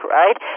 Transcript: right